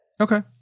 Okay